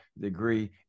degree